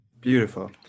beautiful